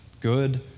good